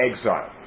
exile